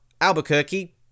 Albuquerque